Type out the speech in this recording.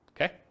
Okay